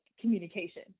communication